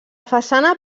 façana